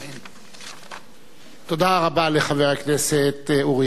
תודה רבה לחבר הכנסת אורי אריאל,